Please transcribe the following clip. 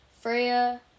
Freya